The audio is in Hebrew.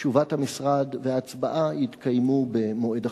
תשובת המשרד וההצבעה יתקיימו במועד אחר.